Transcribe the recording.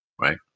right